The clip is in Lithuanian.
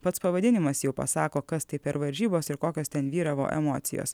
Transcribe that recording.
pats pavadinimas jau pasako kas tai per varžybos ir kokios ten vyravo emocijos